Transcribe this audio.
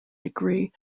degree